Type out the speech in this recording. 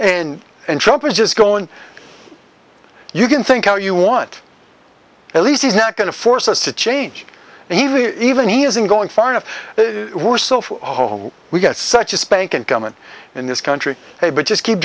and trump is just going you can think how you want at least he's not going to force us to change and even even he isn't going far enough home we got such a spanking coming in this country hey but just keep